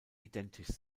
identisch